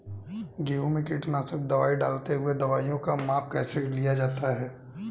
गेहूँ में कीटनाशक दवाई डालते हुऐ दवाईयों का माप कैसे लिया जाता है?